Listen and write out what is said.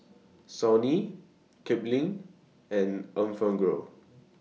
Sony Kipling and Enfagrow